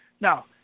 Now